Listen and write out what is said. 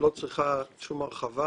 שלא צריכה שום הרחבה,